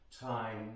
time